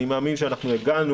אני מאמין שאנחנו הגענו,